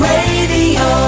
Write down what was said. Radio